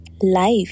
life